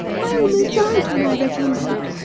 i almost died when i read your note.